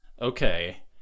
Okay